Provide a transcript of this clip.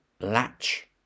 Latch